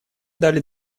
дали